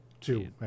Two